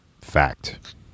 Fact